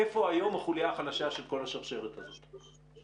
איפה היום החוליה החלשה של כל השרשרת הזאת?